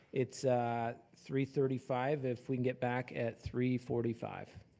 it's three thirty five, if we can get back at three forty five?